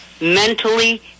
mentally